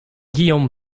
guillaume